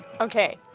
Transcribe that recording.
Okay